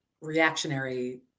reactionary